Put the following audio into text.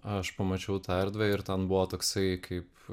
aš pamačiau tą erdvę ir ten buvo toksai kaip